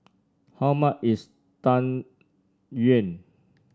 how much is Tang Yuen